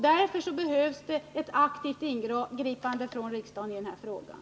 Därför behövs det ett aktivt ingripande från riksdagen.